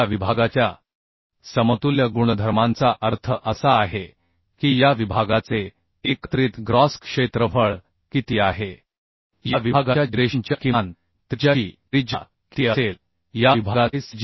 या विभागाच्या समतुल्य गुणधर्मांचा अर्थ असा आहे की या विभागाचे एकत्रित ग्रॉस क्षेत्रफळ किती आहे या विभागाच्या जिरेशनच्या किमान त्रिज्याची त्रिज्या किती असेल या विभागाचे सी